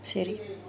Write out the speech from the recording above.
சரி:sari